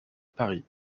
paris